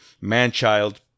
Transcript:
man-child